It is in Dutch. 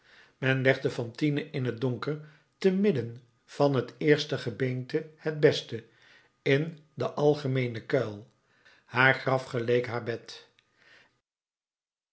men legde fantine in t donker te midden van het eerste gebeente het beste in den algemeenen kuil haar graf geleek haar bed